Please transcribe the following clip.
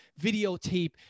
videotape